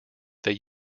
they